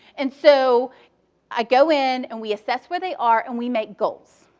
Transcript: and so i go in, and we assess where they are, and we make goals.